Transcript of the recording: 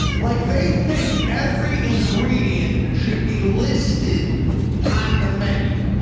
like, they think every ingredient should be listed on the menu.